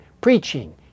preaching